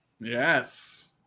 Yes